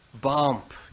bump